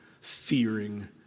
fearing